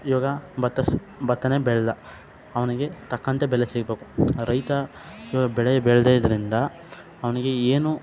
ಇವಾಗ ಭತ್ತ ಭತ್ತನೇ ಬೆಳೆದ ಅವನಿಗೆ ತಕ್ಕಂತೆ ಬೆಲೆ ಸಿಗಬೇಕು ರೈತ ಇವಾಗ ಬೆಳೆ ಬೆಳ್ದೈದ್ರಿಂದ ಅವನಿಗೆ ಏನು